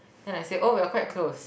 then I say oh we are quite close